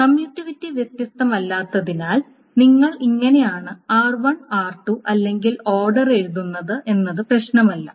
commutativity വ്യത്യസ്തമല്ലാത്തതിനാൽ നിങ്ങൾ എങ്ങനെയാണ് r1 r2 അല്ലെങ്കിൽ ഓർഡർ എഴുതുന്നത് എന്നത് പ്രശ്നമല്ല